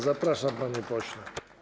Zapraszam, panie pośle.